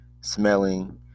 smelling